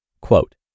Quote